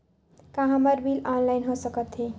का हमर bill online हो सकत हे?